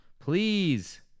please